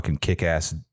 kick-ass